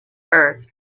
earth